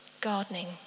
gardening